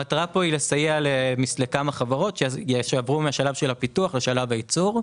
המטרה כאן היא לסייע לכמה חברות שיעברו מהשלב של הפיתוח לשלב של הייצור.